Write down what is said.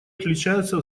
отличаются